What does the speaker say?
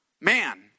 Man